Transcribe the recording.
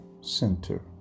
center